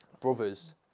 brothers